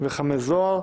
חמי זוהר),